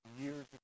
years